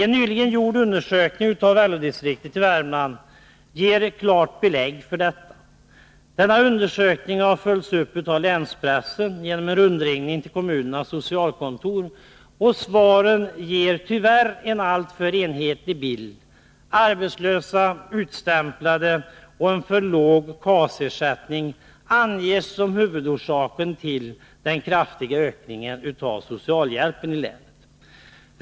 En nyligen gjord undersökning av LO-distriktet i Värmland ger klart belägg för detta. Denna undersökning har av länspressen följts upp med en rundringning till kommunernas socialkontor. Svaren ger tyvärr en alltför enhetlig bild. Arbetslöshet, utstämpling och en för låg KAS-ersättning anges som huvudorsaken till den kraftiga ökningen av socialhjälpen i länet.